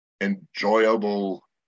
enjoyable